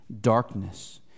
darkness